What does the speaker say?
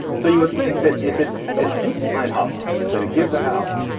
so you would think that if it's escaped on house that it gives a house.